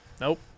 Nope